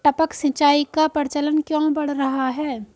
टपक सिंचाई का प्रचलन क्यों बढ़ रहा है?